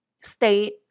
state